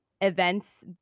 events